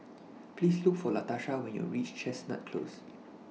Please Look For Latasha when YOU REACH Chestnut Close